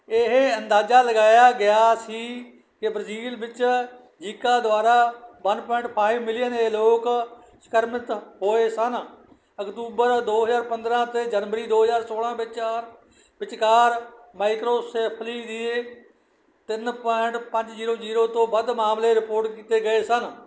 ਇਹ ਅੰਦਾਜ਼ਾ ਲਗਾਇਆ ਗਿਆ ਸੀ ਕਿ ਬਰਜੀਲ ਵਿੱਚ ਜੀਕਾ ਦੁਆਰਾ ਵਨ ਪੁਆਇੰਟ ਫਾਈਵ ਮਿਲੀਅਨ ਏ ਲੋਕ ਸੰਕ੍ਰਮਿਤ ਹੋਏ ਸਨ ਅਕਤੂਬਰ ਦੋ ਹਜ਼ਾਰ ਪੰਦਰਾਂ ਅਤੇ ਜਨਵਰੀ ਦੋ ਹਜ਼ਾਰ ਸੋਲ੍ਹਾਂ ਵਿਚਾਰ ਵਿਚਕਾਰ ਮਾਈਕਰੋ ਸੇਫਲੀ ਦੀ ਤਿੰਨ ਪੁਆਇੰਟ ਪੰਜ ਜੀਰੋ ਜੀਰੋ ਤੋਂ ਵੱਧ ਮਾਮਲੇ ਰਿਪੋਟ ਕੀਤੇ ਗਏ ਸਨ